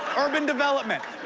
urban development.